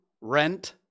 rent